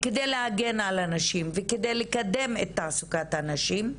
כדי להגן על הנשים וכדי לקדם את תעסוקת הנשים,